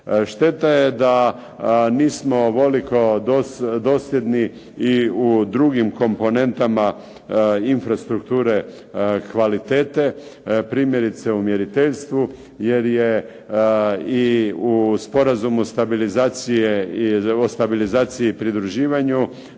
Šteta je da nismo ovoliko dosljedni i u drugim komponentama infrastrukture kvalitete. Primjerice, u mjeriteljstvu jer je i u Sporazumu o stabilizaciji i pridruživanju